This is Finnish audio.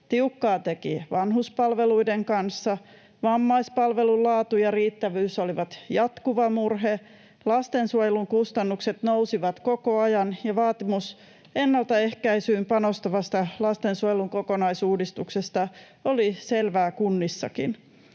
Tiukkaa teki vanhuspalveluiden kanssa, vammaispalvelujen laatu ja riittävyys olivat jatkuva murhe. Lastensuojelun kustannukset nousivat koko ajan, ja vaatimus ennaltaehkäisyyn panostavasta lastensuojelun kokonaisuudistuksesta oli selvää kunnissakin.